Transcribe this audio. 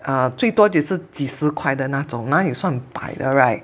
啊最多也是几十块的那种哪有算百的 right